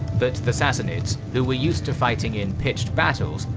but the sassanids, who were used to fighting in pitched battles,